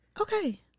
Okay